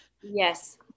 Yes